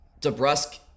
DeBrusque